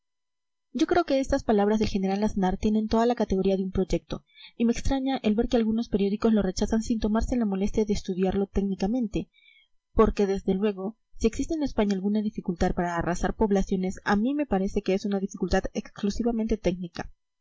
yo creo que estas palabras del general aznar tienen toda la categoría de un proyecto y me extraña el ver que algunos periódicos lo rechazan sin tomarse la molestia de estudiarlo técnicamente porque desde luego si existe en españa alguna dificultad para arrasar poblaciones a mí me parece que es una dificultad exclusivamente técnica